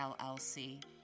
LLC